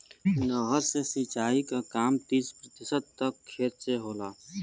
नहर से सिंचाई क काम तीस प्रतिशत तक खेत से होला